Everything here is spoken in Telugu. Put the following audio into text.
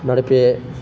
నడిపే